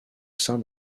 sein